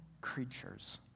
creatures